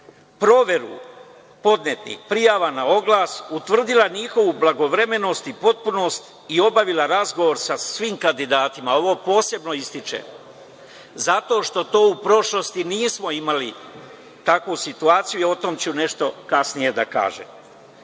proveru podnetih prijava na oglas, utvrdila njihovu blagovremenost i potpunost i obavila razgovor sa svim kandidatima, ovo posebno ističem, zato što to u prošlosti nismo imali, takvu situaciju, o tome ću nešto kasnije da kažem.